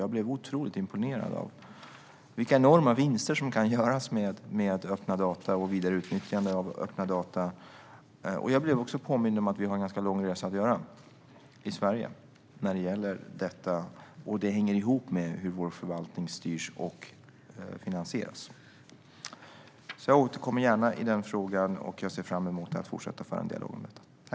Jag blev otroligt imponerad av vilka enorma vinster som kan göras med öppna data och vidareutnyttjande av öppna data. Jag blev också påmind om att vi har en ganska lång resa att göra i Sverige när det gäller detta, och det hänger ihop med hur vår förvaltning styrs och finansieras. Jag återkommer gärna i frågan och ser fram emot att fortsätta föra en dialog om detta.